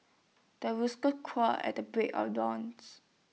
the rooster crows at the break of dawns